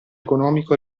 economico